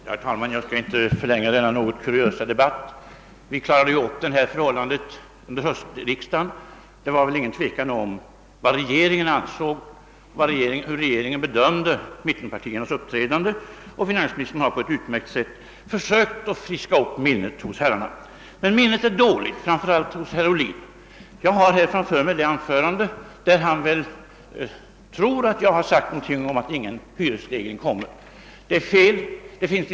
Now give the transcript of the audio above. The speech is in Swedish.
Herr talman! Jag skall inte mycket förlänga denna något kuriösa debatt. Vi klarade ju upp detta förhållande under höstriksdagen; det rådde väl inget tvivel om vad regeringen ansåg och hur regeringen bedömde mittenpartiernas uppträdande. Finansministern har på ett utmärkt sätt försökt friska upp minnet hos herrarna. Men minnet är dåligt, framför allt hos herr Ohlin. Jag har här framför mig det anförande som han väl syftar på då han tror att jag har sagt att ingen hyresstegring kommer att äga rum. Det är fel.